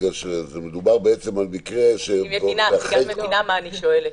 כי מדובר על מקרה --- אני מבינה מה אני שואלת.